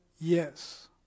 yes